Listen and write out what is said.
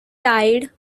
tide